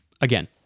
Again